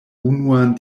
unuan